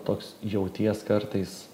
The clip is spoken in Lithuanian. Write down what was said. toks jauties kartais